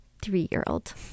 three-year-old